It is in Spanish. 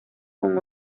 con